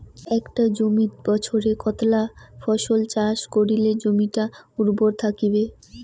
একটা জমিত বছরে কতলা ফসল চাষ করিলে জমিটা উর্বর থাকিবে?